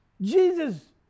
Jesus